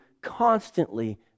constantly